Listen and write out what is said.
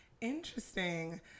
Interesting